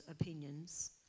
opinions